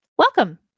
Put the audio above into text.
Welcome